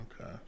Okay